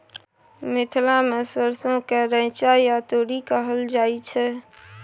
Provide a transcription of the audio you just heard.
मिथिला मे सरिसो केँ रैचा या तोरी कहल जाइ छै